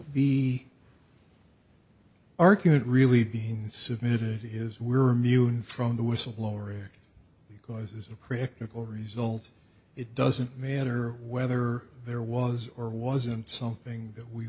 be argument really being submitted is we're immune from the whistleblower because it's a practical result it doesn't matter whether there was or wasn't something that we